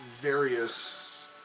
various